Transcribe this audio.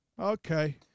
Okay